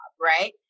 right